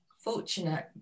fortunate